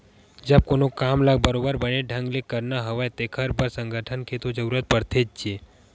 जब कोनो काम ल बरोबर बने ढंग ले करना हवय तेखर बर संगठन के तो जरुरत पड़थेचे